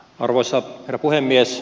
arvoisa herra puhemies